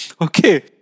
Okay